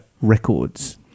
records